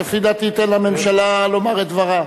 לדעתי, תן לממשלה לומר את דברה.